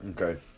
Okay